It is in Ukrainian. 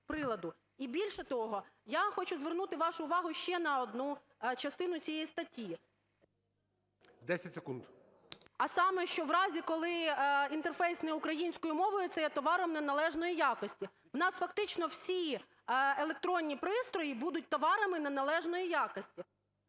І, більше того, я хочу звернути вашу увагу ще на одну частину цієї статті. ГОЛОВУЮЧИЙ. 10 секунд. ОСТРІКОВА Т.Г. А саме, що в разі, коли інтерфейс не українською мовою, це є товаром неналежної якості. У нас фактично всі електронні пристрої будуть товарами неналежної якості.